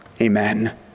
Amen